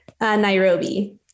Nairobi